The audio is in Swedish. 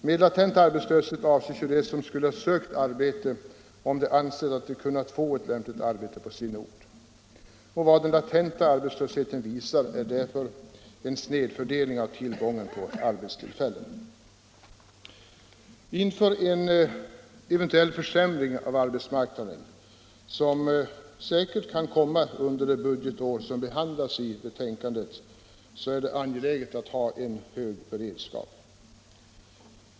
Med latent arbetslösa avses ju dem som skulle sökt arbete, om de ansett sig kunna få ett lämpligt arbete på sin ort. Vad den latenta arbetslösheten visar är därför en snedfördelning av tillgången på arbetstillfällen. Inför en eventuell försämring av arbetsmarknaden, som säkert kan komma under det budgetår som behandlas i betänkandet, är det angeläget att ha en hög beredskap.